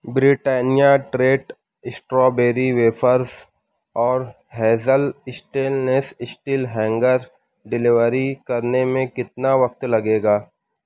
Britannia treat strawberry wafers اور hazel stainless steel hanger delivery کرنے میں کتنا وقت لگے گا